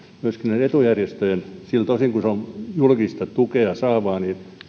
näiden etujärjestöjen siltä osin kuin ne ovat julkista tukea saavia